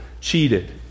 cheated